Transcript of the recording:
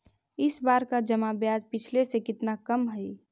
इस बार का जमा ब्याज पिछले से कितना कम हइ